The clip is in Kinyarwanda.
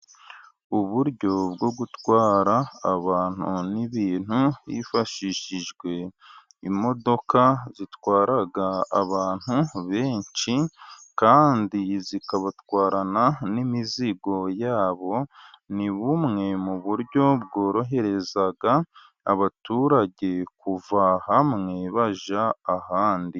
Uburyo bwo gutwara abantu n'ibintu, hifashishijwe imodoka zitwara abantu benshi kandi zikabatwarana n'imizigo yabo, ni bumwe mu buryo bworohereza abaturage kuva hamwe bajya ahandi.